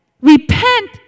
Repent